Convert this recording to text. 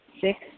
Six